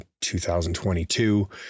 2022